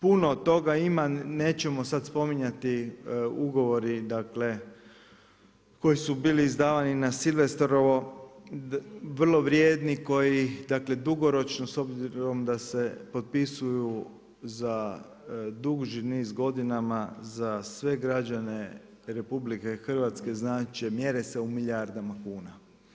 Puno toga ima, nećemo sada spominjati ugovori koji su bili izdavani na Silvestrovo vrlo vrijedni koji dugoročno s obzirom da se potpisuju za duži niz godina, za sve građane RH znače mjere se u milijardama kuna.